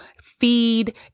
feed